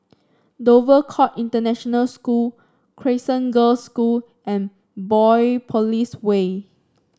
Dover Court International School Crescent Girls' School and Biopolis Way